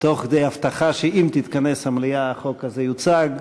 תוך כדי הבטחה שאם תתכנס המליאה החוק הזה יוצג.